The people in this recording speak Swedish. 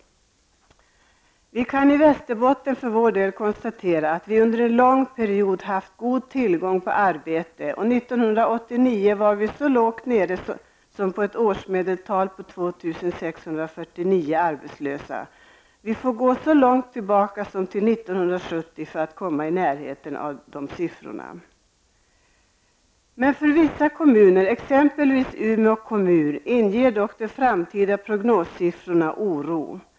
Vi kan för vår del i Västerbotten konstatera att vi under en lång period har haft god tillgång på arbete. År 1989 var vi så lågt nere som på ett årsmedeltal på 2 649 arbetslösa. Vi får gå så långt tillbaka som till 1970 för att komma i närheten av den siffran. För vissa kommuner, t.ex. Umeå kommun, inger dock de framtida prognossiffrorna oro.